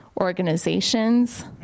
organizations